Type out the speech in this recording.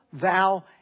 thou